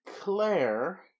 Claire